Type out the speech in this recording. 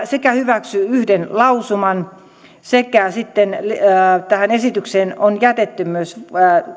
sekä hyväksyy yhden lausuman tähän esitykseen on jätetty myös